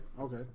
okay